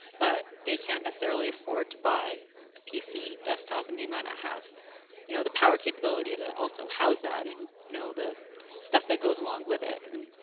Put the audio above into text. but they cannot necessarily afford to buy a pc desktop and they might not have you know, the power capability that also house that and, you know, the stuff that goes along with it. and,